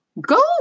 Go